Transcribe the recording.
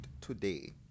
today